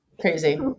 crazy